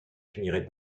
finirait